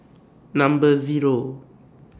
Number Zero